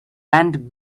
went